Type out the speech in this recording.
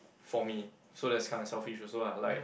for me so that's kind of selfish also lah like